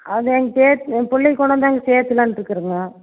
அதான் அங்க சேர்த்து ஏ பிள்ளைய கொண்டு வந்து அங்கே சேர்த்துலானுட்டு இருக்குறேன்ங்க